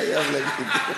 אני חייב להגיד.